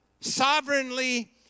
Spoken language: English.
sovereignly